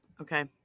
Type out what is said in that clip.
okay